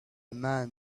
man